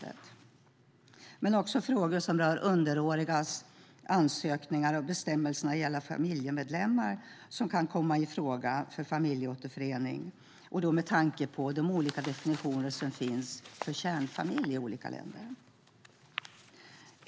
Det handlar också om frågor som rör underårigas ansökningar och bestämmelserna gällande vilka familjemedlemmar som kan komma i fråga för familjeåterförening, med tanke på de olika definitioner av familj som finns i olika länder.